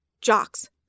Jocks